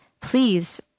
please